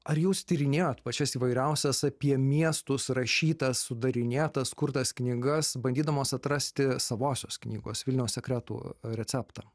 ar jūs tyrinėjot pačias įvairiausias apie miestus rašytas sudarinėtas kurtas knygas bandydamos atrasti savosios knygos vilniaus sekretų receptą